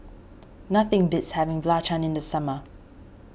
nothing beats having Belacan in the summer